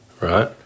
right